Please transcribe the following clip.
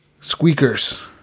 Squeakers